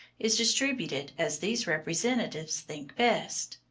is distributed as these representatives think best.